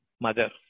mother